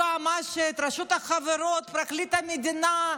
היועמ"שית, רשות החברות, פרקליט המדינה,